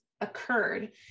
occurred